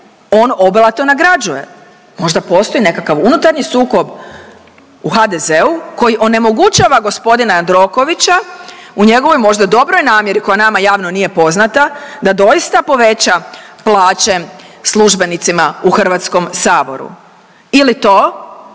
on obilato nagrađuje, možda postoji nekakav unutarnji sukob u HDZ-u koji onemogućava g. Jandrokovića u njegovoj možda dobroj namjeri koja nama javno nije poznata da doista poveća plaće službenicima u HS ili to